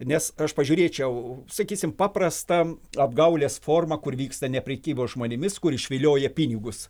nes aš pažiūrėčiau sakysim paprastą apgaulės forma kur vyksta ne prekybos žmonėmis kur išvilioja pinigus